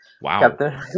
Wow